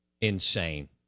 insane